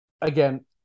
again